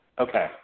Okay